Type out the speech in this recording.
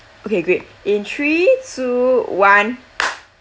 okay great in three two one